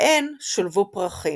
בהן שולבו פרחים.